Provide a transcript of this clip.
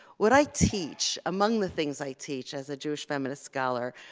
what i teach among the things i teach as a jewish feminist scholar,